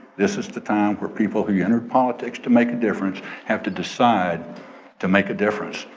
this is the time for people who you entered politics to make a difference have to decide to make a difference.